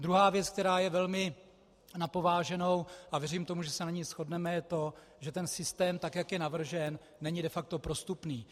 Druhá věc, která je velmi na pováženou, a věřím tomu, že se na ní shodneme, je to, že ten systém, tak jak je navržen, není de facto prostupný.